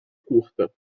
curta